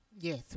Yes